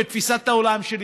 לתפיסת העולם שלי,